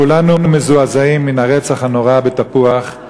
כולנו מזועזעים מן הרצח הנורא בתפוח,